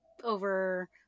over